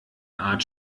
art